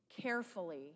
carefully